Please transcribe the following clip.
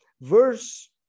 verse